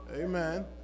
Amen